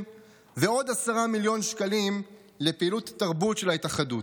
ועוד 10 מיליון שקלים לפעילות תרבות של ההתאחדות.